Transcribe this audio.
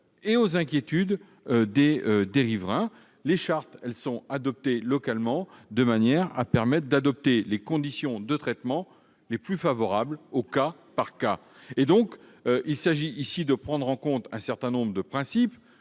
et à celles des riverains. Les chartes sont adoptées localement, de manière à fixer les conditions de traitement les plus favorables au cas par cas. Il faut prendre en compte un certain nombre de principes,